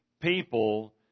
people